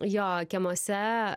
jo kiemuose